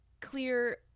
clear